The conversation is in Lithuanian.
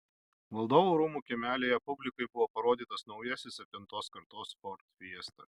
valdovų rūmų kiemelyje publikai buvo parodytas naujasis septintos kartos ford fiesta